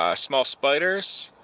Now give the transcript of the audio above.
ah small spiders,